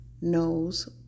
knows